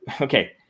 okay